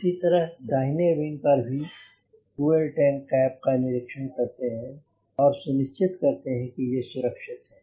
इसी तरह दाहिने विंग पर भी फ्यूल टैंक कैप का निरीक्षण करते हैं और सुनिश्चित करते हैं की ये सुरक्षित हैं